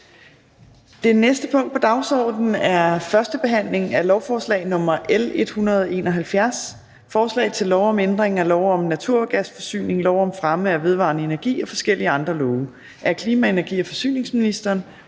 Det næste punkt på dagsordenen er: 2) 1. behandling af lovforslag nr. L 171: Forslag til lov om ændring af lov om naturgasforsyning, lov om fremme af vedvarende energi og forskellige andre love. (Indpasning af gas fra